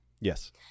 Yes